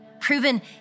Proven